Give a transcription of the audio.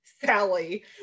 Sally